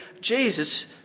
Jesus